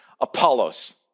Apollos